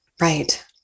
right